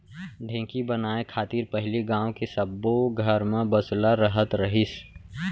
ढेंकी बनाय खातिर पहिली गॉंव के सब्बो घर म बसुला रहत रहिस